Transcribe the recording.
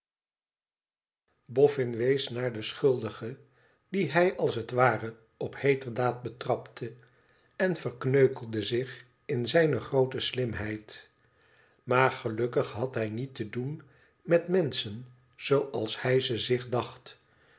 boffin wees naar den schuldige dien hij als het ware op heeterdaad betrapte en verkneukelde zich in zijne groote slimheid maar gelukkig had hij niet te doen met menschen zooals hij ze zich dacht